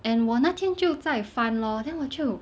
and 我那天就在翻 lor then 我就